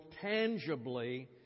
tangibly